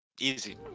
Easy